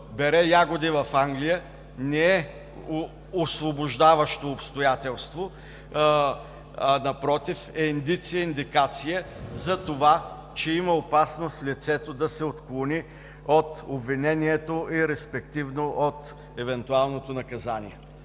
бере ягоди в Англия, не е освобождаващо обстоятелство, а напротив, е индикация за това, че има опасност лицето да се отклони от обвинението и респективно от евентуалното наказание.